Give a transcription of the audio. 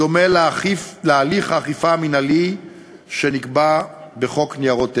בדומה להליך האכיפה המינהלי שנקבע בחוק ניירות ערך,